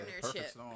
Partnership